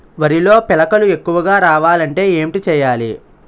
వరిలో పిలకలు ఎక్కువుగా రావాలి అంటే ఏంటి చేయాలి?